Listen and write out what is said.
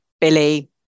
Billy